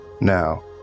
Now